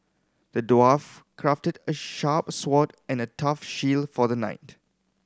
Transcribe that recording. the dwarf crafted a sharp sword and a tough shield for the knight